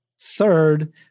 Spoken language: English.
Third